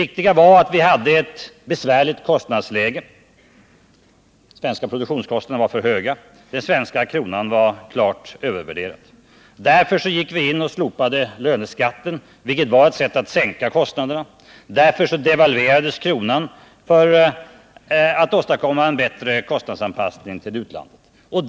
Vi hade ett besvärligt kostnadsläge; de svenska produktionskostnaderna var för höga och den svenska kronan var klart övervärderad. Därför slopade vi löneskatten, vilket var ett sätt att sänka kostnaderna. Därför devalverades kronan, för att vi skulle åstadkomma en bättre kostnadsanpassning till utlandet.